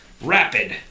Rapid